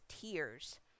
tears